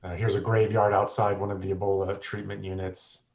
here's a graveyard outside one of the ebola treatment units